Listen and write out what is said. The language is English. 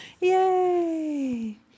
Yay